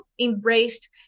embraced